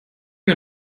wir